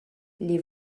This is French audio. les